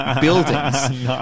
buildings